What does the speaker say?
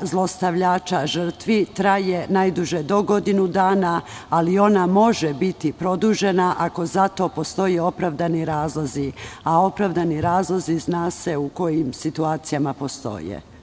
zlostavljača žrtvi traje najduže do godinu dana, ali ona može biti produžena ako za to postoje opravdani razlozi, a opravdani razlozi zna se u kojim situacijama postoje.